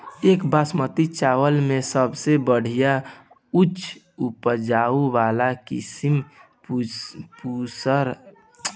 एक बासमती चावल में सबसे बढ़िया उच्च उपज वाली किस्म Pusa Basmati one one two one ह?